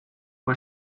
fue